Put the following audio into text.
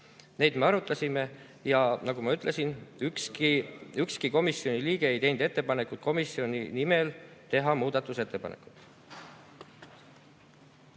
Neid me arutasime. Ja nagu ma ütlesin, ükski komisjoni liige ei teinud ettepanekut komisjoni nimel teha muudatusettepanekut.